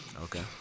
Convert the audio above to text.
Okay